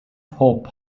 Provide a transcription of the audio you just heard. hope